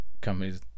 companies